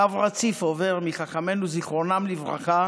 קו רציף עובר מחכמינו זיכרונם לברכה